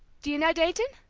do you know dayton?